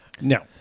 No